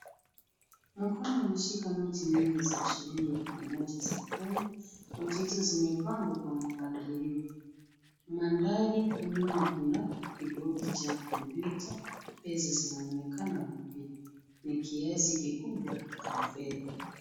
Mkono umeshika noti nyingi za shilingi elfu moja za Kenya. Noti hizo zimepangwa kwa mpangilio. Mandhari nyuma kuna kibodi cha kompyuta. Pesa zinaonekana mpya. Ni kiasi kikubwa cha fedha.